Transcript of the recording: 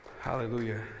hallelujah